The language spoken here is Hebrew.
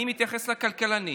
אני מתייחס לכלכלנים,